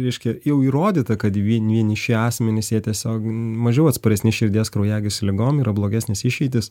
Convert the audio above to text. reiškia jau įrodyta kad vie vieniši asmenys jie tiesiog mažiau atsparesni širdies kraujagyslių ligom yra blogesnės išeitys